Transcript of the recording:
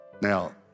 Now